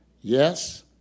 yes